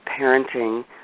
parenting